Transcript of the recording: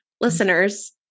listeners